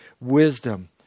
wisdom